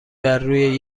برروی